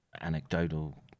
anecdotal